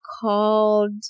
called